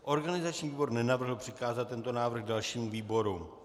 Organizační výbor nenavrhl přikázat tento návrh dalšímu výboru.